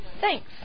Thanks